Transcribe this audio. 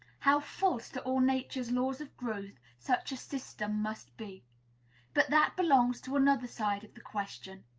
how false to all nature's laws of growth, such a system must be but that belongs to another side of the question.